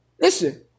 Listen